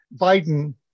Biden